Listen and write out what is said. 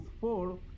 four